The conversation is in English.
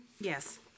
Yes